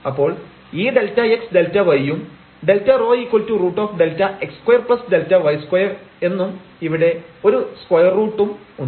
അപ്പോൾ ഈ Δx Δy യും Δρ√Δx2Δ2 എന്നും ഇവിടെ ഒരു സ്ക്വയർ റൂട്ടും ഉണ്ട്